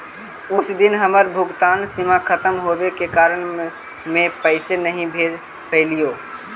उस दिन हमर भुगतान सीमा खत्म होवे के कारण में पैसे नहीं भेज पैलीओ